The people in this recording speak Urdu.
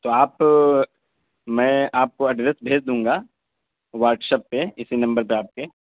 تو آپ میں آپ کو ایڈریس بھیج دوں گا واٹس ایپ پہ اسی نمبر پہ آپ کے